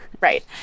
Right